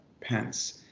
Pence